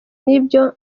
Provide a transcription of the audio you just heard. nibyo